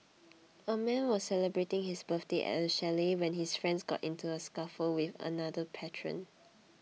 a man was celebrating his birthday at a chalet when his friends got into a scuffle with another patron